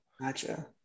gotcha